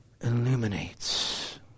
illuminates